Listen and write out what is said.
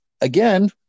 again